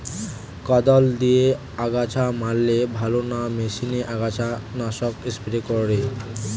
কদাল দিয়ে আগাছা মারলে ভালো না মেশিনে আগাছা নাশক স্প্রে করে?